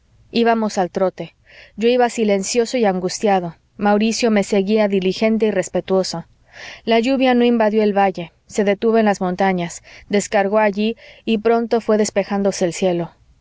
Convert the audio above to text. ibamos al trote yo iba silencioso y angustiado mauricio me seguía diligente y respetuoso la lluvia no invadió el valle se detuvo en las montañas descargó allí y pronto fué despejándose el cielo